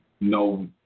no